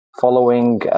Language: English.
following